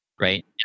Right